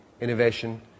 innovation